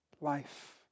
Life